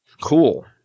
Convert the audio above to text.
cool